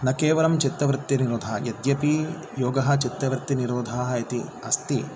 न केवलं चित्तवृत्तिनिरोधः यद्यपि योगः चित्तवृत्तिनिरोधः इति अस्ति